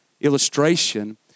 illustration